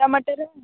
हरा मटर है